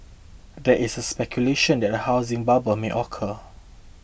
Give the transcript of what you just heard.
there is speculation that a housing bubble may occur